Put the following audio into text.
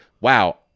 wow